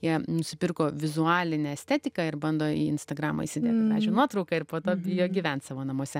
jie nusipirko vizualinę estetiką ir bando į instagramą įsideda gražią nuotrauką ir po to bijo gyvent savo namuose